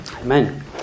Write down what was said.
Amen